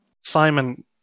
Simon